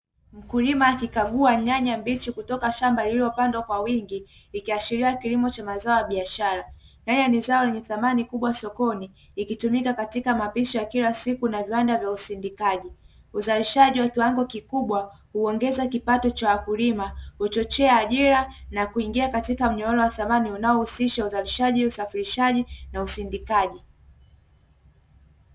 Mkulima akikagua nyanya mbichi kutoka shamba lililopandwa kwa wingi, ikiashiria kilimo cha mazao ya biashara, nyanya ni zao lenye thamani kubwa sokoni ikitumika katika mapishi ya kila siku na viwanda vya usindikaji, uzalishaji wa kiwango kikubwa huongeza kipato cha wakulima huchochea ajira na kuingia katika mnyororo wa thamani unaohusisha uzalishaji, usafilishaji na isindikaji.